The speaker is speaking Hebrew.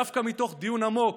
דווקא מתוך דיון עמוק,